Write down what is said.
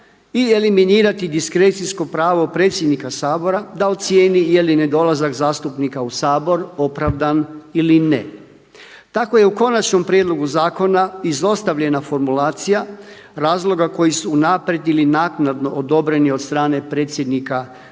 pravo diskrecijsko pravo predsjednika Sabora da ocijeni jeli nedolazak zastupnika u Sabor opravdan ili ne. Tako je u konačnom prijedlogu zakona izostavljena formulacija razloga koji su unaprijed ili naknadno odobreni od strane predsjednika